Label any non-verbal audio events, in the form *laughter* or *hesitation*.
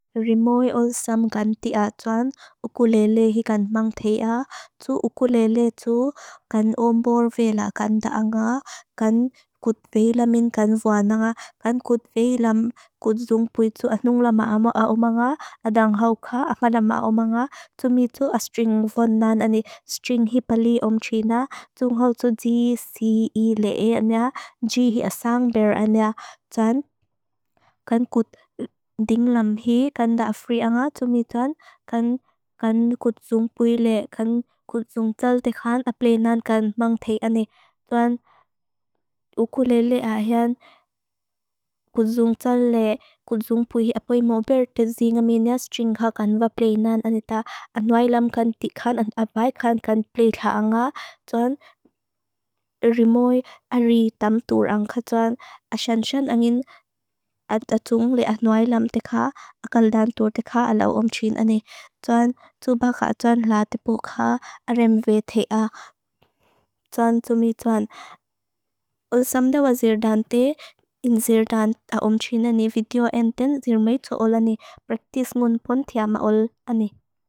Rimoy onsam kan tia tuan ukulele hi kan mang tea. Tu ukulele tu kan ombor vela kan da'a nga. Kan kutvei lamin kan vana nga. Kan kutvei lam kudzung puitu anung lama ama a oma nga. Adang hawka aka lama a oma nga. Tumitu astring vonan ani, astring hi pali om trina. Tunghaw tu ji si i le e anya. Ji hi asang der anya. Tuan, *hesitation* kan kut *hesitation* ding lam hi kan da'a fria nga. Tumituan, kan kudzung puitu le, kan kudzung tsal te khan. Apleinan kan mang tea ani. Tuan, *hesitation* ukulele ayan *hesitation* kudzung tsal le, kudzung puitu. Apoi mobel te zing amenia astring hakan vapleinan anita. Anuay lam kan te khan. An apai khan. Kan pleekha nga. Tuan, *hesitation* rimoy ari tam tu rang. Tuan, asan-san *hesitation* angin atatung le anuay lam te khan. Akal dan tur te khan ala om trina ni. Tuan, tuba kha tuan la te puka. Arim ve te a. *hesitation* Tuan, tumituan. Osamda wa zir dan te. In zir dan ta om trina ni. Video en ten zir mei tu ol ani. Praktis mun pon tia ma ol ani.